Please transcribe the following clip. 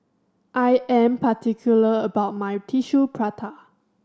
I am particular about my Tissue Prata